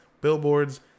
billboards